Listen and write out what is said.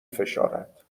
فشارد